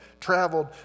traveled